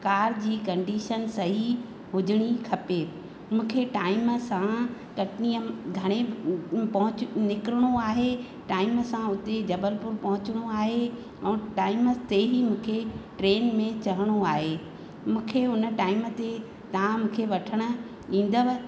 car जी condition सही हुजणी खपे मूंखे टाईम सां कटनीअ घणे पहुच निकिरणो आहे टाईम सां उते जबलपुर पहुचणो आहे ऐं टाईम ते ई मूंखे ट्रेन में चढ़णो आहे मूंखे उन टाईम ते तव्हां मूंखे वठणु ईंदव